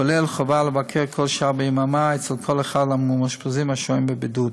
כולל חובה לבקר כל שעה ביממה אצל כל אחד מהמאושפזים השוהים בבידוד.